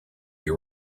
you